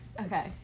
Okay